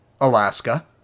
Alaska